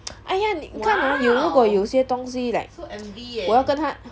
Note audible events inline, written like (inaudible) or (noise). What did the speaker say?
(noise) !aiya! 你你看 hor 有如果有些东西 like 我要跟他